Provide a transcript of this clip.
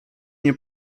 nie